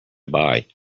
buy